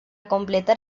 completar